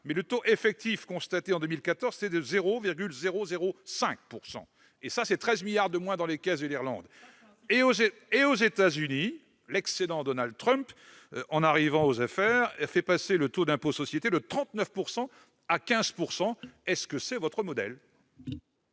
Or le taux effectif constaté en 2014 est de 0,005 %! Soit 13 milliards de moins dans les caisses de l'Irlande ! Aux États-Unis, l'excellent Donald Trump, en arrivant aux affaires, a fait passer le taux de l'impôt sur les sociétés de 39 % à 15 %. Est-ce votre modèle ?